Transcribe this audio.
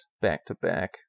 back-to-back